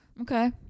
Okay